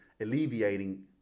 alleviating